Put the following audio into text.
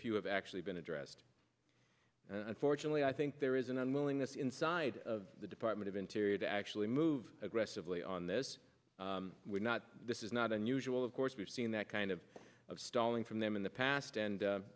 have actually been addressed unfortunately i think there is an unwillingness inside of the department of interior to actually move aggressively on this not this is not unusual of course we've seen that kind of of stalling from them in the past and